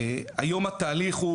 היום התהליך הוא,